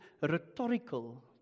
rhetorical